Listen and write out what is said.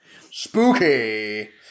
spooky